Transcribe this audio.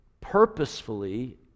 purposefully